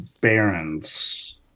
Barons